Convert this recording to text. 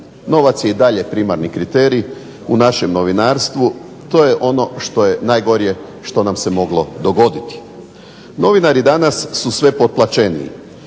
Novac je i dalje primarni kriterij u našem novinarstvu to je ono što je najgore što nam se moglo dogoditi. Novinari danas su sve potplaćeniji